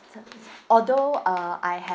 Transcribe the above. although uh I have